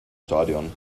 stadion